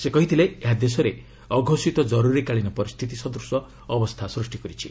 ସେ କହିଥିଲେ ଏହା ଦେଶରେ ଅଘୋଷିତ କରୁରିକାଳୀନ ପରିସ୍ଥିତି ସଦୂଶ ଅବସ୍ଥା ସ୍ଟୁଷ୍ଟି କରିଛି